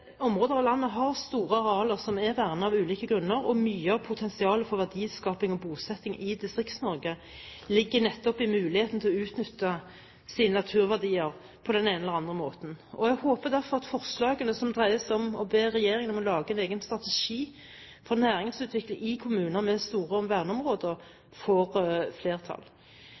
områder av landet har store arealer som av ulike grunner er vernet. Mye av potensialet for verdiskaping og bosetting i Distrikts-Norge ligger nettopp i muligheten til å utnytte sine naturverdier på den ene eller den andre måten. Jeg håper derfor at forslagene som dreier seg om å be regjeringen om å lage en egen strategi for næringsutvikling i kommuner med store verneområder, får flertall.